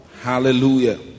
Hallelujah